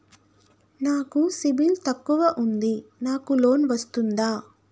నాకు సిబిల్ తక్కువ ఉంది నాకు లోన్ వస్తుందా?